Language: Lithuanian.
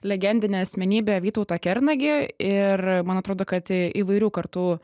legendinę asmenybę vytautą kernagį ir man atrodo kad įvairių kartų